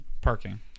parking